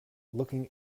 looking